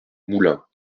moulins